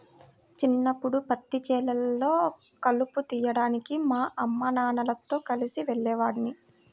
చిన్నప్పడు పత్తి చేలల్లో కలుపు తీయడానికి మా అమ్మానాన్నలతో కలిసి వెళ్ళేవాడిని